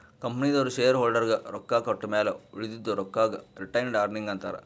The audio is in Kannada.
ಕಂಪನಿದವ್ರು ಶೇರ್ ಹೋಲ್ಡರ್ಗ ರೊಕ್ಕಾ ಕೊಟ್ಟಮ್ಯಾಲ ಉಳದಿದು ರೊಕ್ಕಾಗ ರಿಟೈನ್ಡ್ ಅರ್ನಿಂಗ್ ಅಂತಾರ